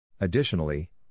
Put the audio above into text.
Additionally